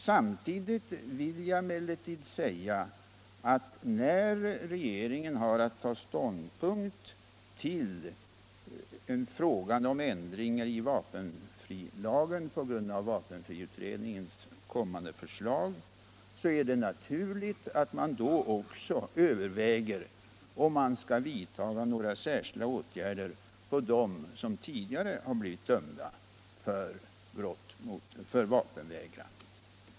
Samtidigt vill jag emellertid säga att när regeringen har att ta ståndpunkt till frågan om ändringar i vapenfrilagen på grund av vapenfriutredningens kommande förslag, är det naturligt att man då också över väger om man skall vidta några åtgärder beträffande dem som tidigare — Nr 31 har blivit dömda för vapenvägran.